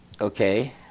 Okay